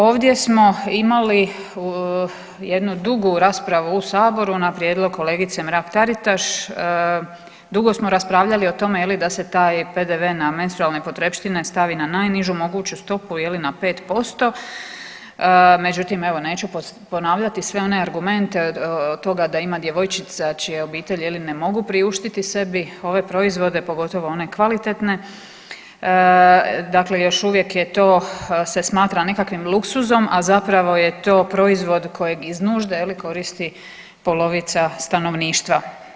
Ovdje smo imali jednu dugu raspravu u saboru na prijedlog kolegice Mrak Taritaš, dugo smo raspravljali o tome da se taj PDV na menstrualne potrepštine stavi na najnižu moguću stopu ili na 5%, međutim evo neću ponavljati sve one argumente od toga da ima djevojčica čija obitelj ne mogu priuštiti sebi ove proizvode, pogotovo one kvalitetne, dakle još uvijek se to smatra nekakvim luksuzom, a zapravo je to proizvod koji iz nužde koristi polovica stanovništva.